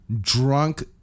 drunk